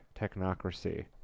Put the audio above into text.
technocracy